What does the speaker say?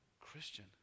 Christian